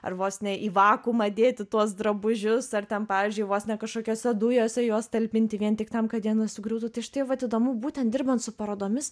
ar vos ne į vakuumą dėti tuos drabužius ar ten pavyzdžiui vos ne kažkokiose dujose juos talpinti vien tik tam kad jie nesugriūtų tai štai vat įdomu būtent dirbant su parodomis